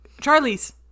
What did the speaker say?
Charlie's